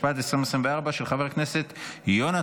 התשפ"ד 2024, אושרה